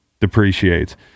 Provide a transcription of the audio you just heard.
depreciates